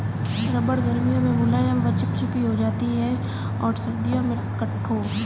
रबड़ गर्मियों में मुलायम व चिपचिपी हो जाती है और सर्दियों में कठोर